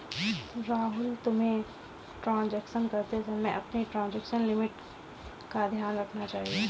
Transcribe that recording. राहुल, तुम्हें ट्रांजेक्शन करते समय अपनी ट्रांजेक्शन लिमिट का ध्यान रखना चाहिए